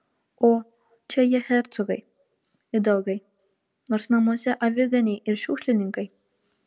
o čia jie hercogai idalgai nors namuose aviganiai ir šiukšlininkai